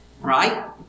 right